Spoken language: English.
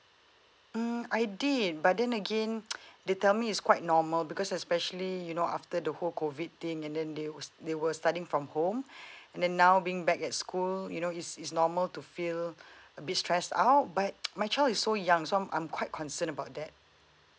mm I did but then again they tell me it's quite normal because especially you know after the whole COVID thing and then they were they were studying from home and then now being back at school you know it's it's normal to feel a bit stressed out but my child is so young so I'm I'm quite concerned about that